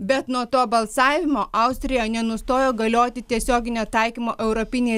bet nuo to balsavimo austrijoje nenustojo galioti tiesioginio taikymo europiniai